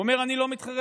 הוא אמר: אני לא מתחרט,